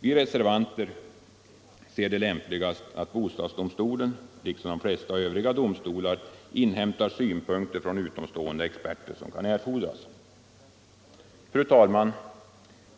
Vi reservanter anser det vara lämpligast att bostadsdomstolen liksom de flesta övriga domstolar inhämtar synpunkter från de utomstående experter som kan erfordras. Fru talman!